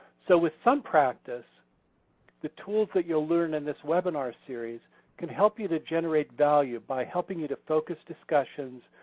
so with some practice the tools that you'll learn in this webinar series can help you to generate value by helping you to focus discussions,